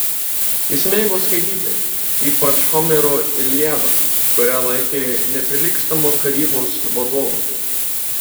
jis mėgo skaityti ypač homero iliadą kurią laikė neprilygstamu karybos vadovu